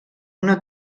una